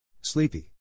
Sleepy